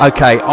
Okay